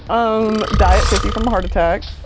um diet fifty from a heart attack.